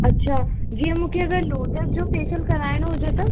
अच्छा जीअं मूंखे अगरि लोटस जो फेशियल कराइणो हुजे त